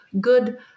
good